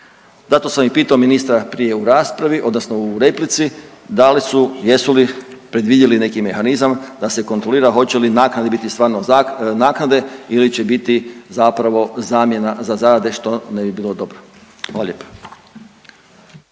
Zato sam i pitao ministra prije u raspravi odnosno u replici da li su, jesu li predvidjeli neki mehanizam da se kontrolira hoće li naknade biti stvarno naknade ili će biti zapravo zamjena za zarade što ne bi bilo dobro. Hvala lijepo.